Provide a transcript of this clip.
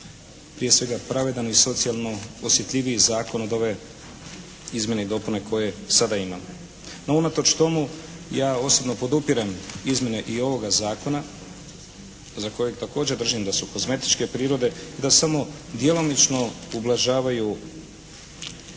prije svega pravedan i socijalno osjetljiviji zakon od ove izmjene i dopune koje sada imamo. No unatoč tomu ja osobno podupirem izmjene i ovoga zakona za kojeg također držim da su kozmetičke prirode i da samo djelomično ublažavaju